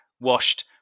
washed